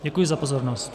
Děkuji za pozornost.